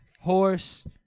Horse